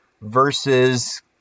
versus